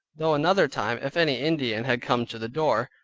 though another time, if any indian had come to the door,